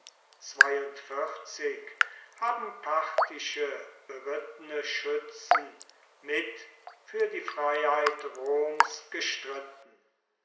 haben parthische berittene schützen mit für die freiheit roms gestritten